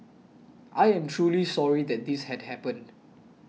I am truly sorry that this had happened